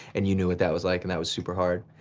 and you knew what that was like and that was super hard.